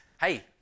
hey